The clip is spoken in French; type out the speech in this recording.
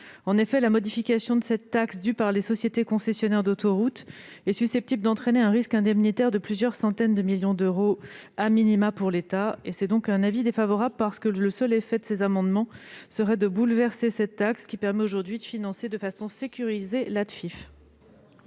En effet, la modification de cette taxe due par les sociétés concessionnaires d'autoroutes est susceptible d'entraîner un risque indemnitaire de plusieurs centaines de millions d'euros pour l'État. Le seul effet de l'adoption de ces amendements serait de bouleverser cette taxe, qui permet aujourd'hui de financer de façon sécurisée l'Afitf.